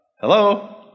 Hello